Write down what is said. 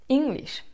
English